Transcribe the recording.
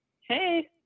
Hey